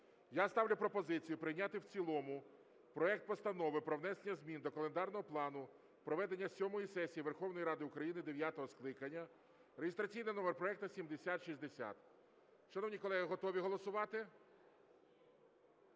Я ставлю пропозицію прийняти в цілому проект Постанови про внесення змін до календарного плану проведення сьомої сесії Верховної Ради України дев’ятого скликання (реєстраційний номер проекту 7060). Шановні колеги, готові голосувати?